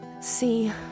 See